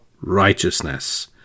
righteousness